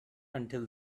until